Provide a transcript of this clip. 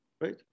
Right